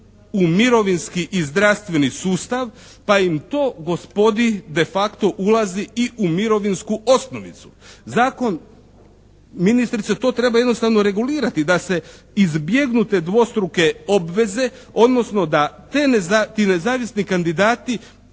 u mirovinski i zdravstveni sustav pa im to gospodi de facto ulazi i u mirovinsku osnovicu. Zakon, ministrice to treba jednostavno regulirati da se izbjegnu te dvostruke obveze, odnosno da ti nezavisni kandidati